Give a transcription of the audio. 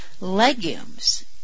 legumes